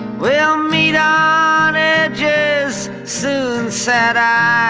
we'll meet ah on edges, soon, said i,